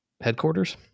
headquarters